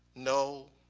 no,